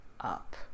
up